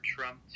Trump